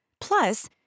Plus